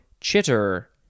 chitter